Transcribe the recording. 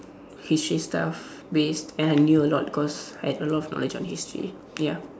history stuff based and I knew a lot cause I had a lot of knowledge on history ya